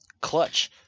clutch